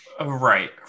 Right